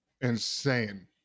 insane